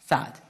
סעד.